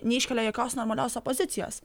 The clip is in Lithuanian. neiškelia jokios normalios opozicijos